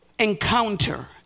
encounter